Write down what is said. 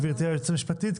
גברתי היועצת המשפטית,